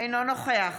אינו נוכח